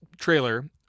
trailer